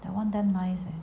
that [one] damn nice leh